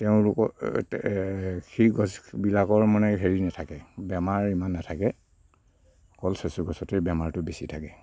তেওঁলোকৰ সেই গছবিলাকৰ মানে হেৰি নাথাকে বেমাৰ ইমান নাথাকে অকল চেচু গছতেই বেমাৰটো বেছি থাকে